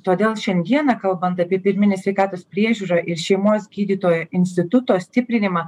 todėl šiandieną kalbant apie pirminę sveikatos priežiūrą ir šeimos gydytojo instituto stiprinimą